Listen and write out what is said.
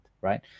right